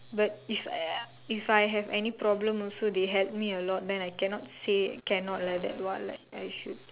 but if I if I have any problem also they help me a lot then I cannot say cannot like that what I should